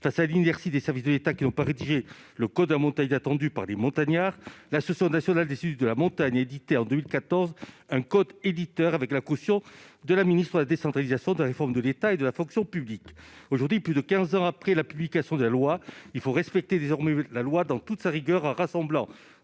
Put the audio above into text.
Face à l'inertie des services de l'État, qui n'ont pas rédigé le code de la montagne attendu par les montagnards, l'Association nationale des élus de la montagne a réalisé en 2014 un « code éditeur », avec la caution de la ministre de la décentralisation, de la réforme de l'État et de la fonction publique. Aujourd'hui, plus de quinze ans après la publication de la loi, il faut la respecter dans toute sa rigueur en rassemblant